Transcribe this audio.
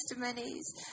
testimonies